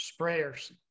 sprayers